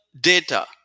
data